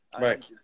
right